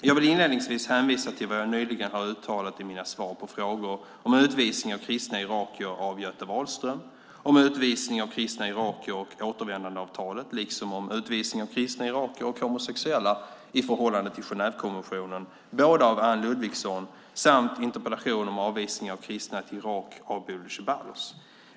Jag vill inledningsvis hänvisa till vad jag nyligen har uttalat i mina svar på frågor om utvisning av kristna irakier av Göte Wahlström, om utvisning av kristna irakier och återvändandeavtalet liksom om utvisningar av kristna irakier och homosexuella i förhållande till Genèvekonventionen, båda av Anne Ludvigsson, samt interpellation om avvisningar av kristna till Irak av Bodil Ceballos.